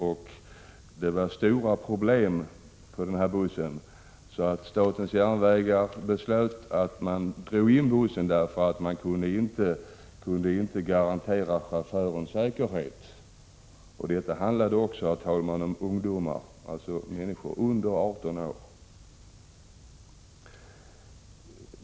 Man hade stora problem på bussen, och statens järnvägar beslöt att dra in denna därför att man inte kunde garantera chaufförens säkerhet. Det handlade, herr talman, också om ungdomar, alltså om personer under 18 år.